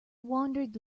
wandered